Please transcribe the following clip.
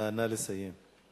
נא לסיים.